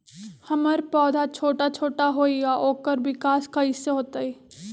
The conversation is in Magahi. हमर पौधा छोटा छोटा होईया ओकर विकास कईसे होतई?